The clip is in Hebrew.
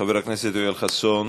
חבר הכנסת יואל חסון,